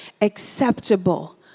acceptable